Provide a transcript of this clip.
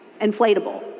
inflatable